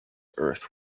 earth